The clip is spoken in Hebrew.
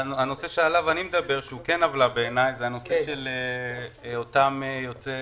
הנושא עליו אני מדבר שהוא כן עוולה בעיניי הוא הנושא של אותם יוצאי